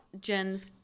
jen's